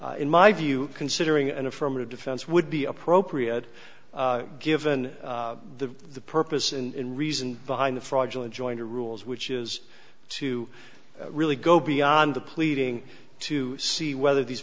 in my view considering an affirmative defense would be appropriate given the purpose and reason behind the fraudulent jointer rules which is to really go beyond the pleading to see whether these